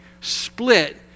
split